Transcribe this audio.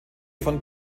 von